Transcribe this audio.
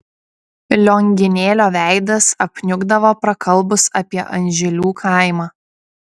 lionginėlio veidas apniukdavo prakalbus apie anžilių kaimą